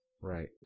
Right